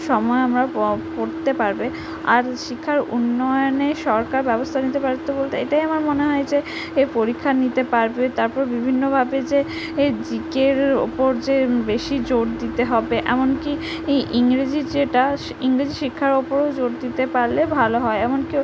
সময় আমরা পড়তে পারবে আর শিক্ষার উন্নয়নে সরকার ব্যবস্থা নিতে পারত বলতে এটাই আমার মনে হয় যে এই পরীক্ষা নিতে পারবে তারপর বিভিন্নভাবে যে এ জি কের ওপর যে বেশি জোর দিতে হবে এমনকি ই ইংরেজি যেটা সে ইংরেজি শিক্ষার ওপরেও জোর দিতে পারলে ভালো হয় এমন কেউ